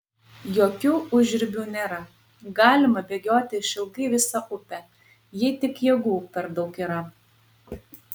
jokių užribių nėra galima bėgioti išilgai visą upę jei tik jėgų per daug yra